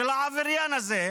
של העבריין הזה,